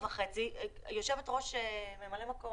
הרכבת, יש חובה של מדידת חום.